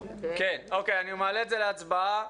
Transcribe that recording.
אני מעלה את זה להצבעה,